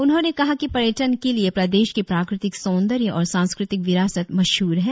उन्होंने कहा कि पर्यटन के लिए प्रदेश के प्राकृतिक सौंदर्य और सांस्कृतिक विरासत मशहुर है